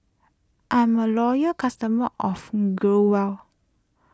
I'm a loyal customer of Growell